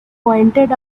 pointed